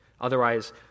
Otherwise